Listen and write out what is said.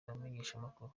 abamenyeshamakuru